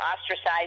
ostracized